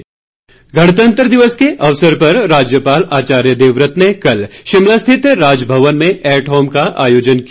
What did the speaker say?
eight home गणतंत्र दिवस के अवसर पर राज्यपाल आचार्य देवव्रत ने कल शिमला स्थित राजभवन में एट होम का आयोजन किया